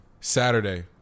Saturday